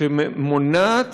שמונעות